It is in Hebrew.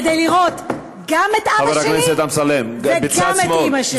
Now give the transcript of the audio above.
כדי לראות גם את אבא שלי וגם את אימא שלי.